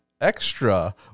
extra